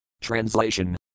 Translation